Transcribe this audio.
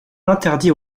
interdit